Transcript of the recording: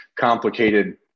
complicated